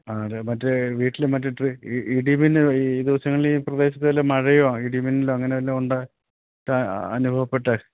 അല്ലേ മറ്റേ വീട്ടില് മറ്റേ ഈ ഇടി മിന്നല് ഈ ദിവസങ്ങളീ പ്രദേശത്തു വല്ല മഴയോ ഇടിമിന്നലോ അങ്ങനെ വല്ലതും ഉണ്ട് അനുഭവപ്പെട്ട്